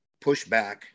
pushback